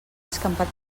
escampat